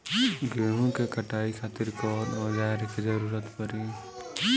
गेहूं के कटाई खातिर कौन औजार के जरूरत परी?